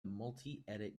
multiedit